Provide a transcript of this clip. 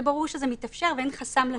זה ברור שזה מתאפשר, ואין חסם לשירות.